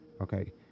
okay